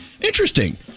Interesting